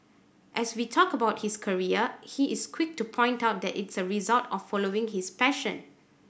as we talk about his career he is quick to point out that it's a result of following his passion